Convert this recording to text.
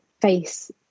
face